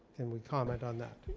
can we comment on that?